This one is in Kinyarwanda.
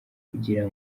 kugira